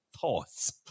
thoughts